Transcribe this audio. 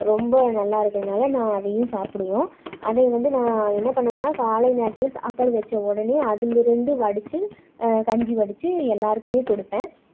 ரொம்ப நல்லாருக்குனால் நான் அதையும் சாப்பிடுவோம் அதை வந்து நான் என்ன பண்ணுவனா காலை நேரத்தில் சாப்பாடு வைச்ச உடனே அதிலேருந்து வடித்த கஞ்சி வடித்த எல்லோருக்கும் கொடுப்பேன்